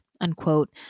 unquote